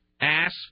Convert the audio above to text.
ass